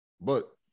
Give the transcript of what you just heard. But-